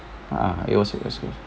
ah it was it was